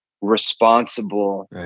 responsible